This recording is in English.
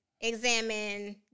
examine